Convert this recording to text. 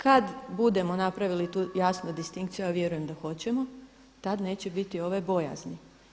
Kad budemo napravili tu jasnu distinkciju, a vjerujem da hoćemo tad neće biti ove bojazni.